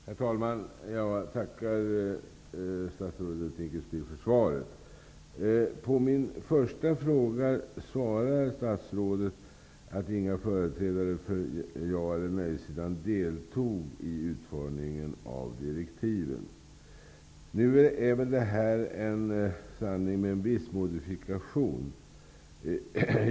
Herr talman! Jag tackar statsrådet Dinkelspiel för svaret. På min första fråga svarar statsrådet att inga företrädare för ja eller nej-sidan deltog i utformningen av direktiven. Det är väl en sanning med en viss modifikation.